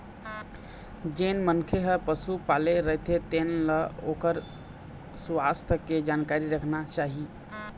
जेन मनखे ह पशु पाले रहिथे तेन ल ओखर सुवास्थ के जानकारी राखना चाही